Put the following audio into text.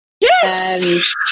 Yes